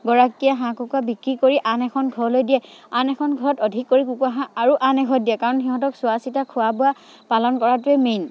গৰাকীয়ে হাঁহ কুকুৰা বিক্ৰী কৰি আন এখন ঘৰলৈ দিয়ে আন এখন ঘৰত অধিক কৰি কুকুৰা হাঁহ আৰু আন এঘৰত দিয়ে কাৰণ সিহঁতক চোৱা চিতা খোৱা বোৱা পালন কৰাটোৱে মেইন